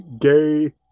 Gay